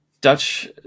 Dutch